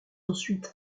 ensuite